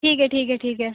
ठीक है ठीक है ठीक है